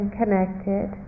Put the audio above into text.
connected